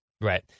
Right